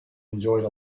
enjoyed